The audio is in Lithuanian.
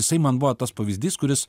jisai man buvo tas pavyzdys kuris